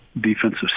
defensive